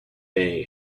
day